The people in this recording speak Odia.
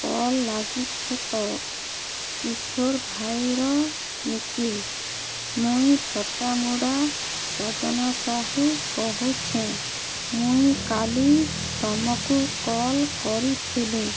କଲ୍ ଲାଗିଛେ ତ କିଶୋର ଭାଇର ନିକି ମୁଇଁ ଫଟାମୁଡ଼ା ସଜନା ସାହୁ କହୁଛେ ମୁଇଁ କାଲି ତମକୁ କଲ୍ କରିଥିଲି